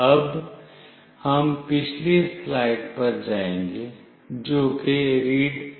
अब हम पिछली स्लाइड पर जाएंगे जो कि readsms है